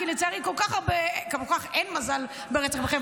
כי לצערי לכל כך הרבה אין מזל בחברה